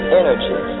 energy